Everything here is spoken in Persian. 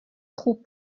خوب